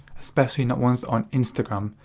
especially not ones on instagram,